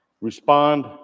respond